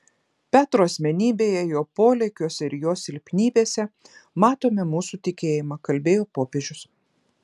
petro asmenybėje jo polėkiuose ir jo silpnybėse matome mūsų tikėjimą kalbėjo popiežius